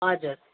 हजुर